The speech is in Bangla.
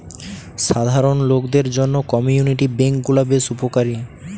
সাধারণ লোকদের জন্য কমিউনিটি বেঙ্ক গুলা বেশ উপকারী